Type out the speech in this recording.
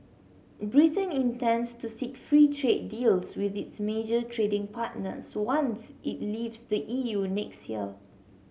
Britain intends to seek free trade deals with its major trading partners once it leaves the E U next year